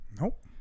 Nope